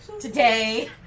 today